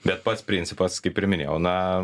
bet pats principas kaip ir minėjau na